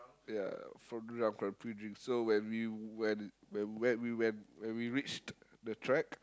ya from drunk from pre-drinks so when we when when we went we went when we reached the track